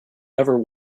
ever